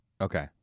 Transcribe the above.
okay